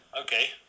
Okay